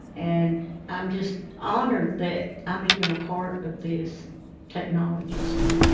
and i'm just honored that i'm even a part of this technology stuff.